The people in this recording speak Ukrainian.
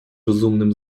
розумним